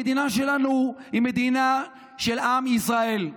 המדינה שלנו היא מדינה של עם ישראל,